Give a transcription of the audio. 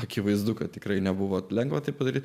akivaizdu kad tikrai nebuvo lengva tai padaryti